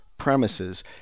premises